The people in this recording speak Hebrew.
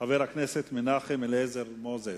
חבר הכנסת מנחם אליעזר מוזס,